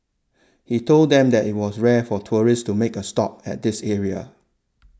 he told them that it was rare for tourists to make a stop at this area